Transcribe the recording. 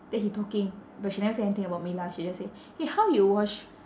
then he talking but she never say anything about me lah she just say eh how you wash